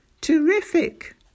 Terrific